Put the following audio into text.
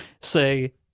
say